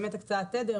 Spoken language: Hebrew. הוא באמת הקצאת תדר,